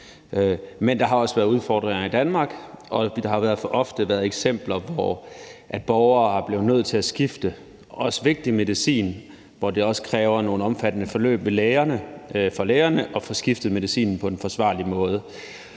Men der har også været udfordringer i Danmark, og der har for ofte været eksempler, hvor borgere er blevet nødt til at skifte, også ved vigtig medicin, hvor det også kræver nogle omfattende forløb for lægerne at få skiftet medicinen på en forsvarlig måde,